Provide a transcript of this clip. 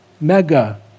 mega